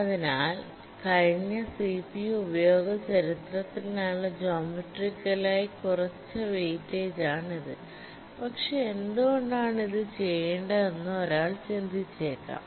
അതിനാൽ കഴിഞ്ഞ സിപിയു ഉപയോഗ ചരിത്രത്തിനായുള്ള ജോമെട്രിക്കലായി കുറച്ച വെയിറ്റേജാണിത് പക്ഷേ എന്തുകൊണ്ടാണ് ഇത് ചെയ്യേണ്ടതെന്ന് ഒരാൾ ചിന്തിച്ചേക്കാം